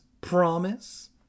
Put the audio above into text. Promise